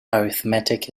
arithmetic